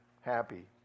happy